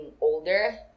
older